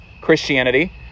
Christianity